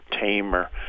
tamer